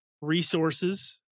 resources